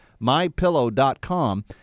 MyPillow.com